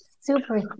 Super